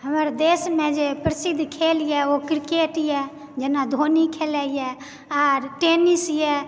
हमर देश मे जे प्रसिद्ध खेल यऽ ओ क्रिकेट यऽ जेना धोनी खेलाइया आर टेनिस यऽ